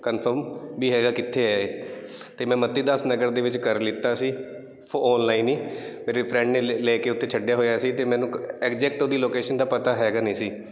confirm ਵੀ ਹੈਗਾ ਕਿੱਥੇ ਹੈ ਇਹ ਅਤੇ ਮੈਂ ਮੱਤੀ ਦਾਸ ਨਗਰ ਦੇ ਵਿੱਚ ਘਰ ਲਿਆ ਸੀ ਆਨਲਾਈਨ ਹੀ ਮੇਰੇ ਫਰੈਂਡ ਨੇ ਲੇ ਲੇ ਕੇ ਉੱਤੇ ਛੱਡਿਆ ਹੋਇਆ ਸੀ ਅਤੇ ਮੈਨੂੰ ਐਗਜੈਕਟ ਉਹਦੀ ਲੋਕੇਸ਼ਨ ਦਾ ਪਤਾ ਹੈਗਾ ਨਹੀਂ ਸੀ